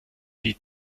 die